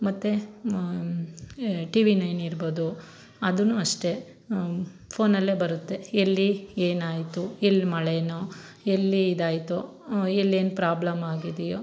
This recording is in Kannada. ಮತ್ತು ಟಿ ವಿ ನೈನ್ ಇರ್ಬೋದು ಅದನ್ನು ಅಷ್ಟೆ ಫೋನಲ್ಲೇ ಬರುತ್ತೆ ಎಲ್ಲಿ ಏನಾಯಿತು ಎಲ್ಲಿ ಮಳೆನೋ ಎಲ್ಲಿ ಇದಾಯಿತೋ ಎಲ್ಲೇನು ಪ್ರಾಬ್ಲಮ್ ಆಗಿದೆಯೋ